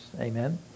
Amen